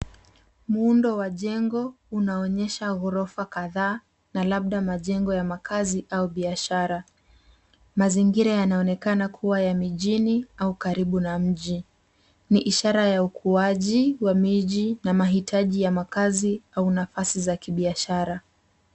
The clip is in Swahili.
Muundo wa jengo unaonyesha ghorofa kadhaa na labda majengo ya makazi au biashara. Mazingira yanaonekana kuwa ya mijini au karibu na mji. Ni ishara ya ukuaji wa miji na mahitaji ya makazi au nafasi za biashara.